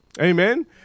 amen